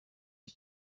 die